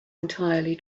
entirely